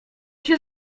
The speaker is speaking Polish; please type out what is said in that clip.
się